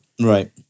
Right